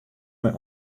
mei